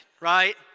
right